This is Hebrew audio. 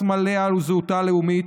סמליה וזהותה הלאומית.